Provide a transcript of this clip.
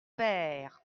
père